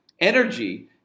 energy